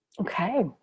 Okay